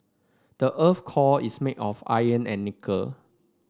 the earth's core is made of iron and nickel